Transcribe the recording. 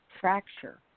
fracture